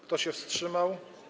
Kto się wstrzymał?